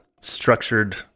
structured